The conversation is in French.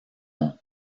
nom